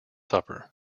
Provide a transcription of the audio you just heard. supper